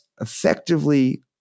effectively